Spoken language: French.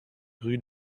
rue